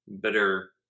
bitter